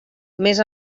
més